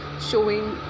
showing